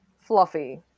fluffy